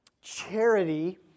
charity